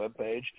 webpage